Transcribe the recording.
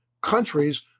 countries